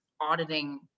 auditing